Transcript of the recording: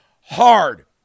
Hard